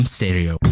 Stereo